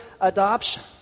adoption